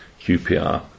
QPR